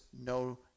no